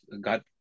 got